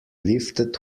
lifted